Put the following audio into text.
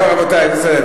רבותי, רבותי, בסדר,